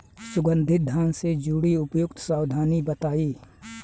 सुगंधित धान से जुड़ी उपयुक्त सावधानी बताई?